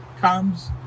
comes